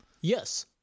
Yes